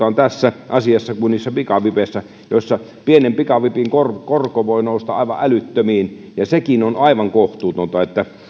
on samaa kohtuuttomuutta kuin niissä pikavipeissä joissa pienen pikavipin korko korko voi nousta aivan älyttömiin ja sekin on aivan kohtuutonta